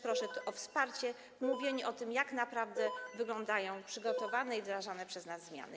Proszę o wsparcie w mówieniu o tym, jak naprawdę wyglądają przygotowane i wyrażane przez nas zmiany.